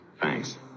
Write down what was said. Thanks